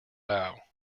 bow